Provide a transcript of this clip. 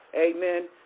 Amen